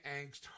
angst